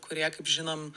kurie kaip žinom